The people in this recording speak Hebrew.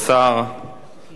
חברות וחברי הכנסת,